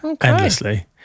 endlessly